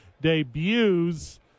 debuts